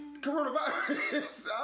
Coronavirus